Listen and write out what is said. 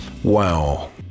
Wow